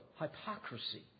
hypocrisy